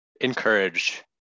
encourage